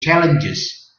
challenges